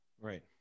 right